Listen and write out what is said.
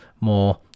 more